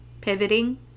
pivoting